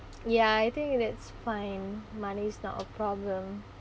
ya I think in it's fine money's not a problem